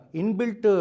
inbuilt